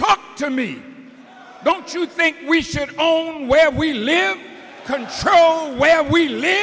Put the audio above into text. talk to me don't you think we should own where we live show where we live